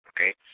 Okay